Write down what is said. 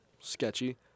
sketchy